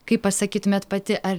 kaip pasakytumėt pati ar